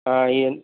ఎన్